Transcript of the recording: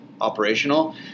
operational